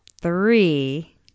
three